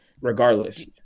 Regardless